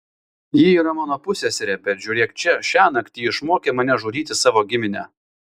ji yra mano pusseserė bet žiūrėk čia šiąnakt ji išmokė mane žudyti savo giminę